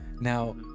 now